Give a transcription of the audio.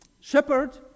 shepherd